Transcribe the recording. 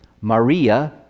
Maria